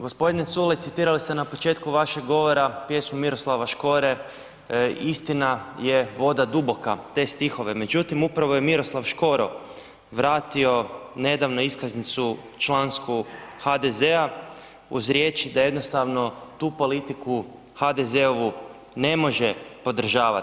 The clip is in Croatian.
G. Culej, citirali ste na početku vašeg govora pjesmu Miroslava Škore, istina je voda duboka, te stihove, međutim upravo je Miroslav Škoro vratio nedavno iskaznicu člansku HDZ-a uz riječi da jednostavno tu politiku HDZ-ovu ne može podržavati.